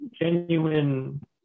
genuine